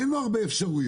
אין לו הרבה אפשרויות.